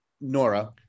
Nora